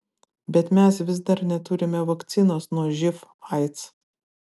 bet mes vis dar neturime vakcinos nuo živ aids